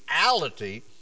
reality